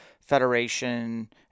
federation